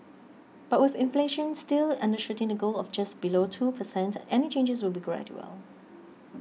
but with inflation still undershooting the goal of just below two per cent any changes will be gradual